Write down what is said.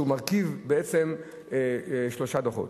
שמרכיב שלושה דוחות.